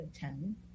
ten